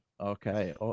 Okay